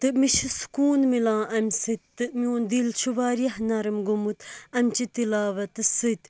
تہٕ مےٚ چھُ سکوٗن میلان اَمہِ سٍتۍ تہٕ میٛون دِل چھُ وارِیاہ نَرَم گوٚمُت اَمچہِ تِلاوَتہِ سٍتۍ